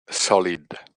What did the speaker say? solid